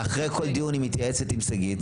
ואחרי כל דיון היא מתייעצת עם שגית.